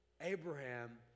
Abraham